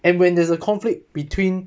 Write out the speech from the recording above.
and when there's a conflict between